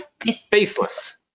Faceless